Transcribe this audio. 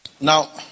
Now